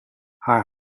haar